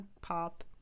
pop